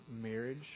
marriage